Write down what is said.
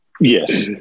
yes